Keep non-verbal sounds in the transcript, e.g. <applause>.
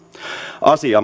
asia <unintelligible>